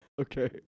Okay